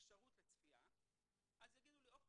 אפשרות לצפייה אז יגידו לי: עצור,